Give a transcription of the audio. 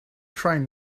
train